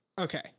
Okay